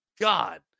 god